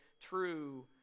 true